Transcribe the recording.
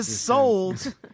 sold